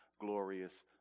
glorious